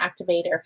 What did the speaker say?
activator